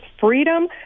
freedom